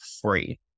free